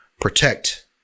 protect